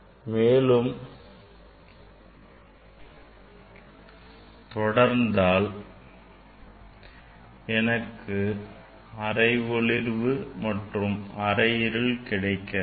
நான் மேலும் தொடர்ந்தால் எனக்கு அரை ஒளிர்வு மற்றும் அரை இருள் கிடைக்கிறது